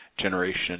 generation